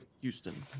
Houston